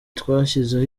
twashyizeho